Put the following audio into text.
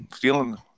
feeling